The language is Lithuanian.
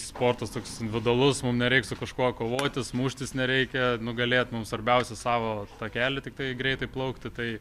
sportas toks individualus mum nereik su kažkuo kovotis muštis nereikia nugalėt mums svarbiausia savo takely tiktai greitai plaukti tai